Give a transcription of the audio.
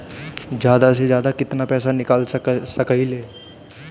जादा से जादा कितना पैसा निकाल सकईले?